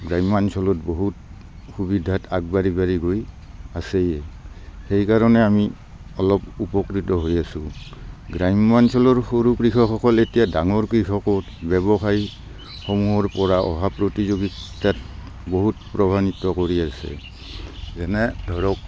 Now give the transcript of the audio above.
গ্ৰাম্যাঞ্চলত বহুত সুবিধাত আগবাঢ়ি বাঢ়ি গৈ আছে সেইকাৰণে আমি অলপ উপকৃত হৈ আছো গ্ৰাম্যাঞ্চলৰ সৰু কৃষকসকল এতিয়া ডাঙৰ কৃষকত ব্যৱসায়ী সমূহৰ পৰা অহা প্ৰতিযোগীতাত বহুত প্ৰভান্বিত কৰি আছে যেনে ধৰক